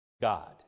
God